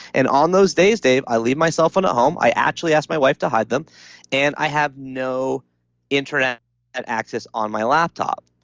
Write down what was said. and on those days, dave, i leave my cellphone at home. i actually asked my wife to hide them and i have no internet and access on my laptop.